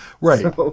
Right